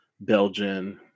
Belgian